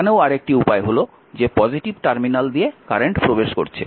এখানেও আরেকটি উপায় হল যে পজিটিভ টার্মিনাল দিয়ে কারেন্ট প্রবেশ করছে